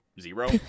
zero